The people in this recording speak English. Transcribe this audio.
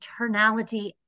eternality